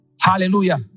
hallelujah